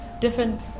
different